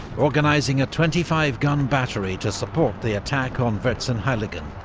organising a twenty five gun battery to support the attack on vierzehnheiligen.